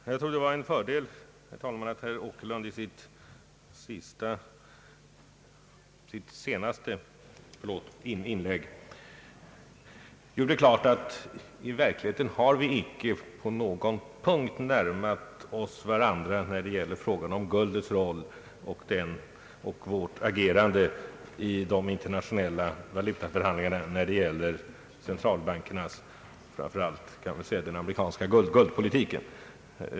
Herr talman! Jag tror att det var väsentligt att herr Åkerlund i sitt senaste inlägg gjorde klart att vi i själva verket icke på någon punkt har närmat oss varandra när det gäller frågan om guldets roll och vårt agerande i de internationella valutaförhandlingarna, när det gäller centralbankernas roll och kanske framför allt när det gäller den amerikanska guldpolitiken.